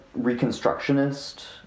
reconstructionist